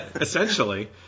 Essentially